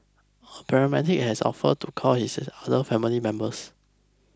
a paramedic had offered to call his other family members